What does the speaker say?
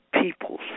people